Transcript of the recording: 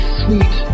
sweet